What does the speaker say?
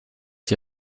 die